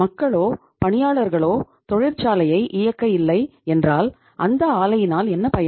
மக்களோ பணியாளர்களோ தொழிற்சாலையை இயக்க இல்லை என்றால் அந்தத் ஆலையினால் என்ன பயன்